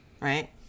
right